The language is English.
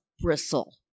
bristle